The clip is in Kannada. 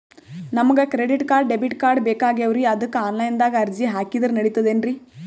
ನಮಗ ಕ್ರೆಡಿಟಕಾರ್ಡ, ಡೆಬಿಟಕಾರ್ಡ್ ಬೇಕಾಗ್ಯಾವ್ರೀ ಅದಕ್ಕ ಆನಲೈನದಾಗ ಅರ್ಜಿ ಹಾಕಿದ್ರ ನಡಿತದೇನ್ರಿ?